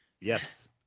Yes